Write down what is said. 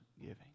giving